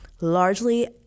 largely